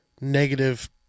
negative